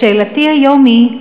שאלתי היום היא,